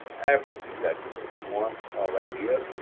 everything that you would want are right here.